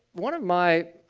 one of my